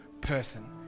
person